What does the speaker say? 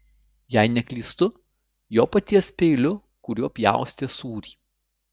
jei neklystu jo paties peiliu kuriuo pjaustė sūrį